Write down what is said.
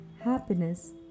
happiness